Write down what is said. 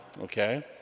okay